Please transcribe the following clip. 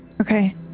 okay